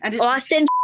Austin